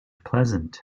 pleasant